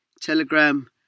Telegram